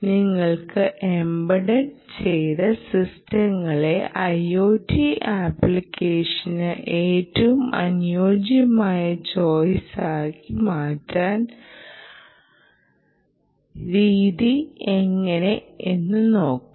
നിങ്ങളുടെ എംബഡ് ചെയ്ത സിസ്റ്റങ്ങളെ IOT ആപ്ലിക്കേഷന് ഏറ്റവും അനുയോജ്യമായ ചോയിസാക്കി മാറ്റുന്ന രീതി എങ്ങനെ എന്നു നോക്കണം